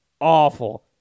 awful